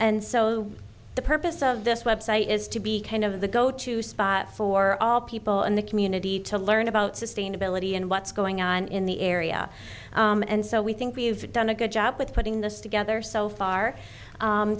and so the purpose of this website is to be kind of the go to spot for all people in the community to learn about sustainability and what's going on in the area and so we think we've done a good job with putting this together so far